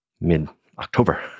mid-october